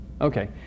Okay